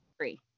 Three